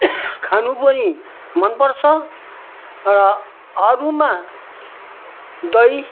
खानु पनि मन पर्छ र अरूमा दही